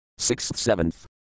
Sixth-Seventh